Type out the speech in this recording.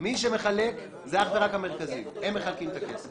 מי שמחלק זה אך ורק המרכזים, הם מחלקים את הכסף.